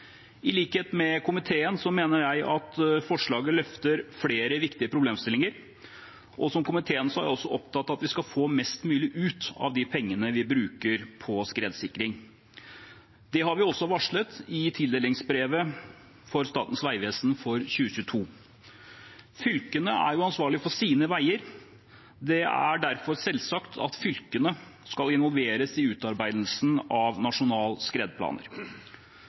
I likhet med komiteen mener jeg at forslaget løfter flere viktige problemstillinger, og som komiteen er jeg også opptatt av at vi skal få mest mulig ut av de pengene vi bruker på skredsikring. Det har vi også varslet i tildelingsbrevet til Statens vegvesen for 2022. Fylkene er jo ansvarlige for sine veier, og det er derfor selvsagt at fylkene skal involveres i utarbeidelsen av nasjonale skredplaner.